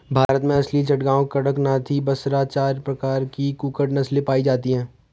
भारत में असील, चटगांव, कड़कनाथी, बसरा चार प्रकार की कुक्कुट नस्लें पाई जाती हैं